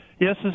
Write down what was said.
yes